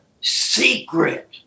secret